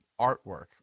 artwork